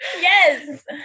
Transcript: yes